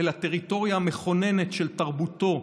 אל הטריטוריה המכוננת של תרבותו,